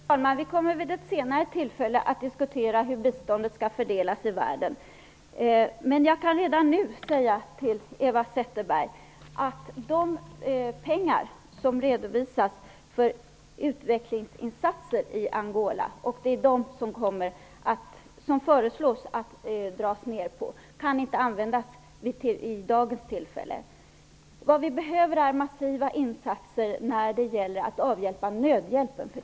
Herr talman! Vi kommer vid ett senare tillfälle att diskutera hur biståndet skall fördelas i världen. Men jag kan redan nu säga till Eva Zetterberg att de pengar som är avsedda för utvecklingsinsatser i Angola -- det är de som enligt förslaget skall dras ned -- inte kan användas i dag. Vad som för tillfället behövs är massiva insatser för att avhjälpa nöden.